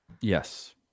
yes